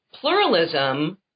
pluralism